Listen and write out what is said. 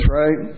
right